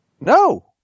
No